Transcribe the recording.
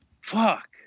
fuck